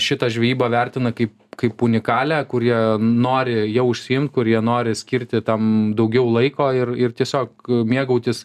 šitą žvejybą vertina kaip kaip unikalią kur jie nori ja užsiimt kur jie nori skirti tam daugiau laiko ir ir tiesiog mėgautis